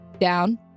Down